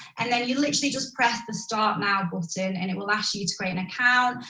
and then you literally just prez the start now button and it will ask you to create an account,